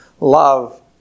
love